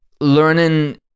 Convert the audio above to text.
learning